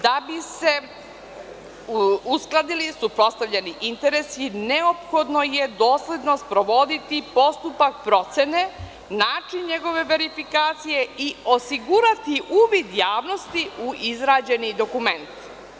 Da bi se uskladili suprotstavljeni interesi, neophodno je dosledno sprovoditi postupak procene, način njegove verifikacije i osigurati uvid javnosti u izrađeni dokument.